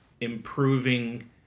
improving